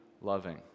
loving